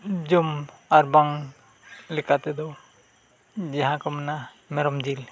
ᱡᱚᱢ ᱟᱨ ᱵᱟᱝ ᱞᱮᱠᱟ ᱛᱮᱫᱚ ᱡᱟᱦᱟᱸ ᱠᱚ ᱢᱮᱱᱟ ᱢᱮᱨᱚᱢ ᱡᱤᱞ